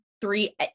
three